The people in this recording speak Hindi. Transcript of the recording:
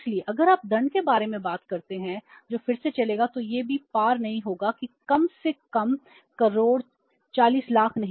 इसलिए अगर आप दंड के बारे में बात करते हैं जो फिर से चलेगा तो यह भी पार नहीं होगा कि कम से कम करोड़ 40 लाख नहीं